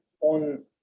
on